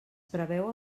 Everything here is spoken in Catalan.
preveu